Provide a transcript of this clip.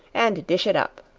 and dish it up.